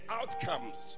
outcomes